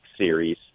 series